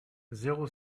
zéro